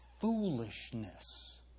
foolishness